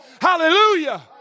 Hallelujah